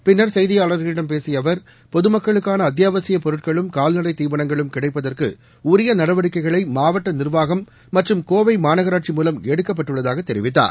பிள்ளர் செய்தியாளர்களிடம் பேசியஅவர் பொதுமக்களுக்கானஅத்தியாவசியப் பொருட்களும் கால்நடைத்தீவனங்களும் கிடைப்பதற்குஉரியநடவடிக்கைகளைமாவட்டநிர்வாகம் மற்றும் கோவைமாநனாட்சி மூலம் எடுக்கப்பட்டுள்ளதாகதெரிவித்தார்